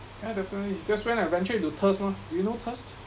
yeah that's why because when I venture into Thirst mah do you know Thirst